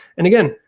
and again,